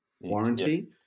warranty